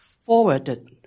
forwarded